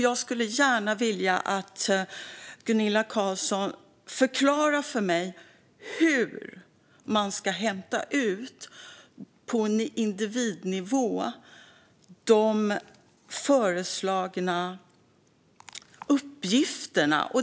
Jag skulle gärna vilja att Gunilla Carlsson förklarar för mig hur man ska hämta ut de föreslagna uppgifterna på individnivå.